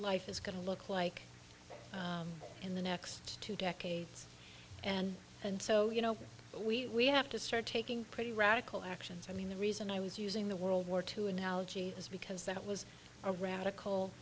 life is going to look like in the next two decades and and so you know we we have to start taking pretty radical actions i mean the reason i was using the world war two analogy is because that was a radical